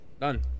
Done